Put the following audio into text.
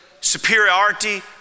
superiority